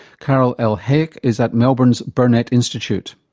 carol el-hayek is at melbourne's burnet institute.